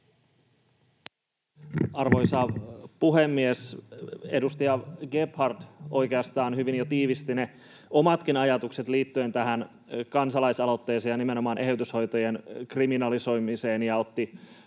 Arvoisa puhemies! Edustaja Gebhard oikeastaan hyvin jo tiivisti omatkin ajatukseni liittyen tähän kansalaisaloitteeseen ja nimenomaan eheytyshoitojen kriminalisoimiseen ja otti